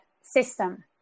system